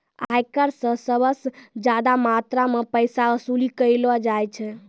आयकर स सबस ज्यादा मात्रा म पैसा वसूली कयलो जाय छै